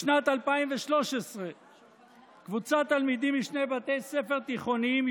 בשנת 2013 קבוצת תלמידים משני בתי ספר תיכוניים,